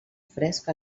fresc